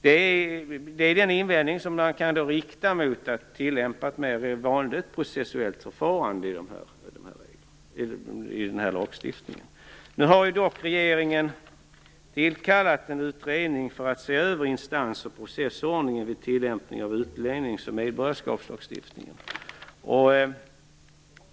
Detta är den invändning man kan rikta mot att tilllämpa ett mer vanligt processuellt förfarande i den här lagstiftningen. Nu har dock regeringen tillkallat en utredning för att se över instans och processordningen vid tillämpningen av utlännings och medborgarskapslagstiftningen.